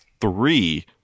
three